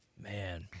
Man